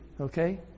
Okay